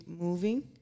moving